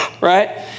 right